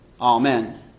Amen